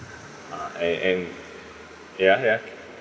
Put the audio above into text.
uh and and ya ya